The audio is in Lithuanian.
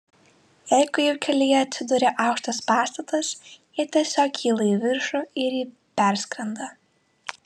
jeigu jų kelyje atsiduria aukštas pastatas jie tiesiog kyla į viršų ir jį perskrenda